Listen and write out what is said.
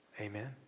Amen